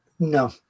No